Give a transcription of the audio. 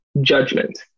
judgment